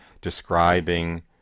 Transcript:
describing